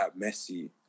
Messi